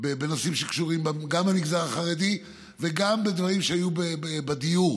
בנושאים שקשורים גם למגזר החרדי וגם בדברים שהיו בדיור.